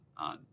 on